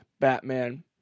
Batman